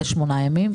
את השמונה ימים,